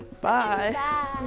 Bye